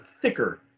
thicker